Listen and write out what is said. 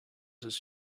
his